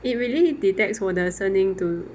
it really detects 我的声音 to